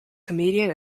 comedian